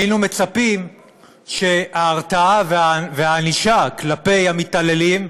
היינו מצפים שההרתעה והענישה כלפי המתעללים,